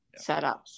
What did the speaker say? setups